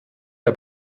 der